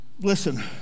Listen